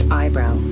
eyebrow